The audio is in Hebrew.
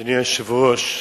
אדוני היושב-ראש,